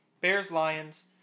Bears-Lions